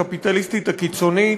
הקפיטליסטית הקיצונית,